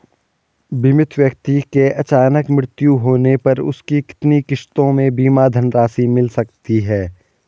बीमित व्यक्ति के अचानक मृत्यु होने पर उसकी कितनी किश्तों में बीमा धनराशि मिल सकती है?